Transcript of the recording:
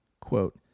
quote